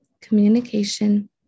communication